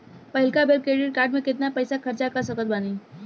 पहिलका बेर credit card से केतना पईसा खर्चा कर सकत बानी?